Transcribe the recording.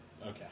Okay